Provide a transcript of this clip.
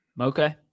Okay